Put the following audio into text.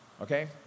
Okay